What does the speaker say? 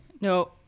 No